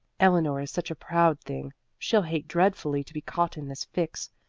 eleanor is such a proud thing she'll hate dreadfully to be caught in this fix,